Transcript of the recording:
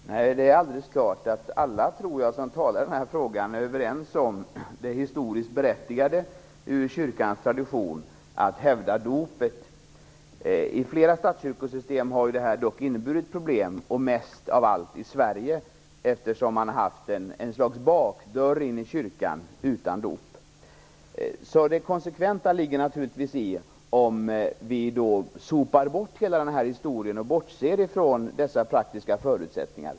Fru talman! Nej, det är alldeles klart att alla som talar i den här frågan är överens om det historiskt berättigade, med utgångspunkt i kyrkans tradition, att hävda dopet. I flera statskyrkor har det här dock inneburit problem, och mest av allt i Sverige, eftersom man har haft ett slags bakdörr in i kyrkan utan dop. Det konsekventa ligger naturligtvis i att vi då sopar bort hela historien och bortser från dessa praktiska förutsättningar.